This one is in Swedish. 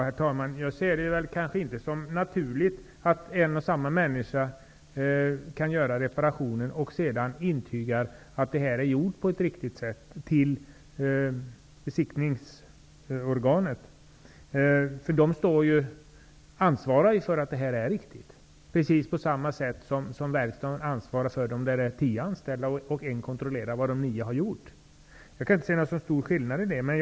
Herr talman! Jag tycker inte att det är naturligt att en och samma människa kan göra reparationen och sedan intyga att den är gjord på ett riktigt sätt till besiktningsorganet. De ansvarar ju för att det är riktigt, på samma sätt som verkstaden ansvarar för det om de har tio anställda och en kontrollerar vad de andra nio har gjort. Jag kan inte se så stor skillnad i detta.